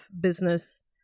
business